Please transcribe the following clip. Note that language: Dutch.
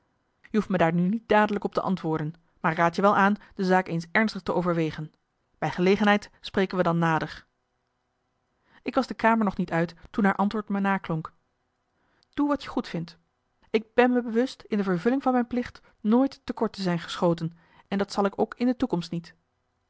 je hoeft me daar nu niet dadelijk op te antwoorden maar ik raad je wel aan de zaak eens ernstig te overwegen bij gelegenheid spreken we dan nader ik was de kamer nog niet uit toen haar antwoord me naklonk doe wat je goedvindt ik ben me bewust in de vervulling van mijn plicht nooit te kort te zijn geschoten en dat zal ik ook in de toekomst niet